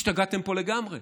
השתגעתם פה לגמרי.